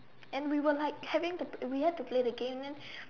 and we were like having we had to play the game then